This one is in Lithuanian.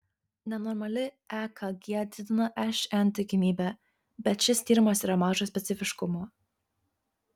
nenormali ekg didina šn tikimybę bet šis tyrimas yra mažo specifiškumo